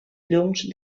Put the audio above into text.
llums